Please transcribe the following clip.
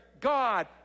God